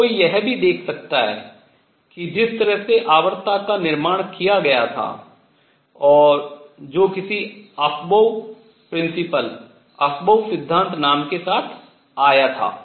और कोई यह भी देख सकता है कि जिस तरह से आवर्तता का निर्माण किया गया था और जो किसी अफबाऊ सिद्धांत नाम के साथ आया था